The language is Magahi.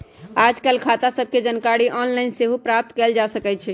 याजकाल खता सभके जानकारी ऑनलाइन सेहो प्राप्त कयल जा सकइ छै